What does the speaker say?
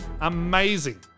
amazing